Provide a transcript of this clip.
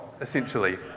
essentially